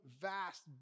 vast